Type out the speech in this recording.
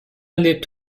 lebt